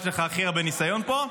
יש לך הכי הרבה ניסיון פה.